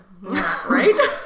Right